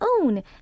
own